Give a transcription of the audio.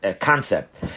concept